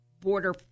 border